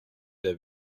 der